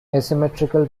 asymmetrical